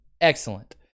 excellent